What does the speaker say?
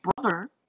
brother